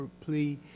plea